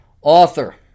author